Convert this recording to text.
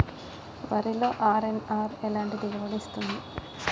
వరిలో అర్.ఎన్.ఆర్ ఎలాంటి దిగుబడి ఇస్తుంది?